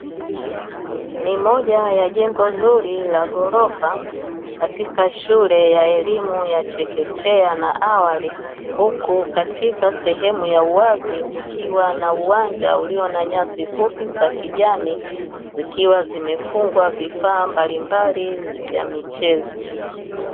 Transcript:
Ni moja ya jengo zuri la ghorofa katika shule ya elimu ya chekechea na awali. Huku katika sehemu za uwazi kukiwa na uwanja ulio na nyasi fupi za kijani zikiwa zimefungwa vifaa mbalimbali vya michezo.